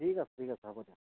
ঠিক আছে ঠিক আছে হ'ব দিয়ক